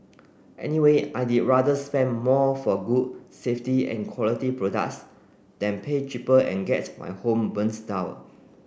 anyway I'd rather spend more for good safety and quality products than pay cheaper and get my home burns down